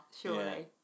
surely